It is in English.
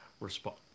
respond